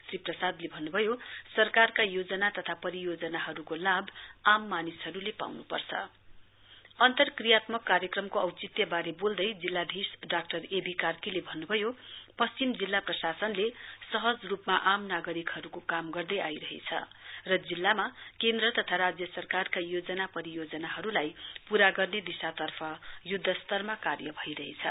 श्री प्रसादले भन्नुभयो सरकारका योजना तथा परियोजनाहरुको लाभ आम मानिसहरुले पाउनुपर्छी अन्तर्कियात्मक कार्यक्रमको औचित्यवारे बोल्दै जिल्लाधीश डाक्टर ए वी कार्कीले भन्नुभयो पश्चिम जिल्ला प्रशासनले सहज रुपमा आम नागरिकहरुको काम गर्दै आइरहेछ र जिल्लामा केन्द्र तथा राज्य सरकारका योजना परियोजनाहरुलाई पूरा गर्ने दिर्शातर्फ युध्दस्तरमा कार्य भइरहेछ